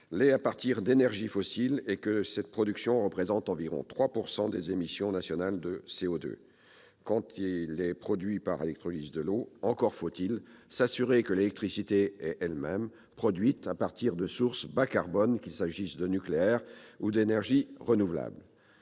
France l'est à partir d'énergies fossiles et que cette production représente environ 3 % des émissions nationales de CO2. Et, quand l'hydrogène est produit par électrolyse de l'eau, encore faut-il s'assurer que l'électricité est elle-même produite à partir de sources bas carbone, qu'il s'agisse du nucléaire ou d'énergies renouvelables.